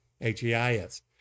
H-E-I-S